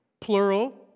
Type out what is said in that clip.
plural